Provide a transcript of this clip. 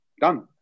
done